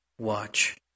Watch